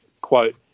quote